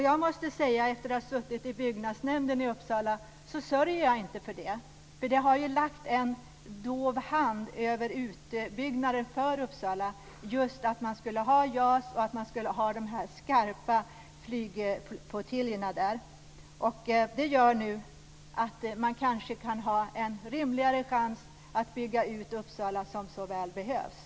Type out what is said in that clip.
Jag måste säga, efter att ha suttit i byggnadsnämnden i Uppsala, att jag inte sörjer över det, för det har ju lagt en dov hand över utbyggnaden av Uppsala just att man skulle ha JAS och de skarpa flygflottiljerna där. Det gör att man nu kanske kan ha en rimligare chans att bygga ut Uppsala, som så väl behövs.